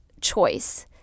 choice